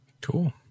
Cool